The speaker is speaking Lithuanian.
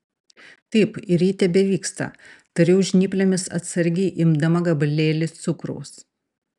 taip ir ji tebevyksta tariau žnyplėmis atsargiai imdama gabalėlį cukraus